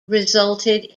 resulted